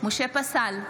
משה פסל,